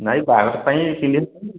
ନାଇଁ ବାହାଘର ପାଇଁ ପିନ୍ଧିଥାନ୍ତି